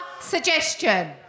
suggestion